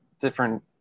different